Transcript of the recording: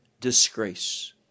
disgrace